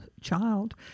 child